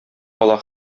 кала